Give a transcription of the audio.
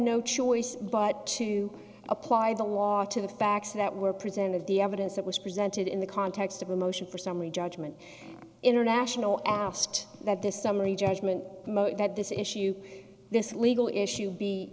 no choice but to apply the law to the facts that were presented the evidence that was presented in the context of a motion for summary judgment international asked that this summary judgment that this issue this legal issue be